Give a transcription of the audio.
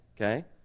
Okay